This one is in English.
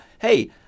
hey